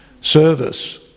service